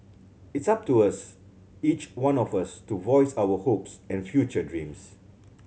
it's up to us each one of us to voice our hopes and future dreams